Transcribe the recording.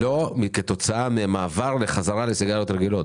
לא כתוצאה ממעבר בחזרה לסיגריות רגילות.